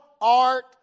art